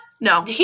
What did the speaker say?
No